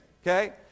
Okay